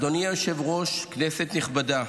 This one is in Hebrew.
אדוני היושב-ראש, כנסת נכבדה,